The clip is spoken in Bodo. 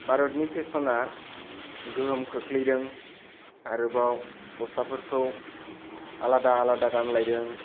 भारतनि फेसना गोहोम खोख्लैदों आरो बाव गस्लफोरखौ आलादा आलादा गानलायदों